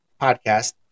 podcast